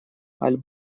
аль